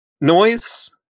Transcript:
noise